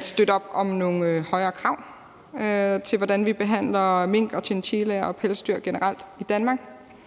støtte op om nogle højere krav til, hvordan vi behandler mink, chinchillaer og pelsdyr generelt i Danmark.